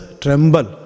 tremble